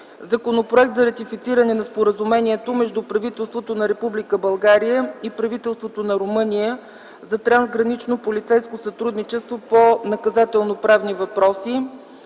Законопроект за ратифициране на Споразумението между правителството на Република България и правителството на Румъния за трансгранично полицейско сътрудничество по наказателно-правни въпроси.